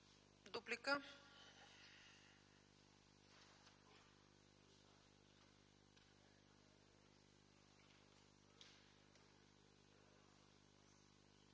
Дуплика.